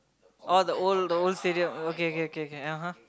oh the old old stadium okay okay okay okay (uh huh)